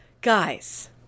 Guys